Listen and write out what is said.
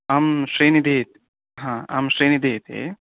अहं श्रीनिधिः हा अं श्रीनिधिः ति